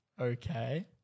Okay